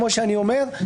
כמו שאני אומר,